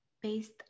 based